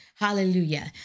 hallelujah